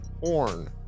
Horn